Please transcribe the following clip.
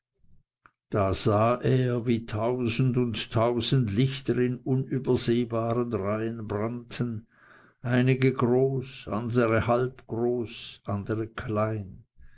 da sah er wie tausend und tausend lichter in unübersehbaren reihen brannten einige groß andere halbgroß andere klein